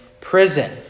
prison